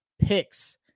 picks